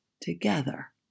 together